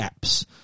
apps